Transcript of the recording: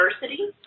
diversity